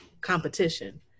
competition